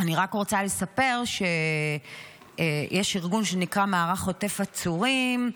אני רק רוצה לספר שיש ארגון שנקרא מערך עוטף עצורים,